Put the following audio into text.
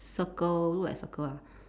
circle look like circle ah